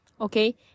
Okay